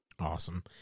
awesome